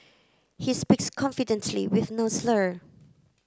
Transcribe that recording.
he speaks confidently with no slur